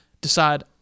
decide